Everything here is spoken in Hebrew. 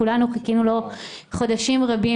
כולנו חיכינו לו חודשים רבים,